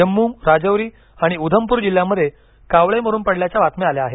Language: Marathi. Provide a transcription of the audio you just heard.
जम्मू राजौरी आणि उधमपुर जिल्ह्यांमध्ये कावळे मरुन पडल्याच्या बातम्या आल्या आहेत